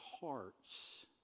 hearts